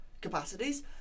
capacities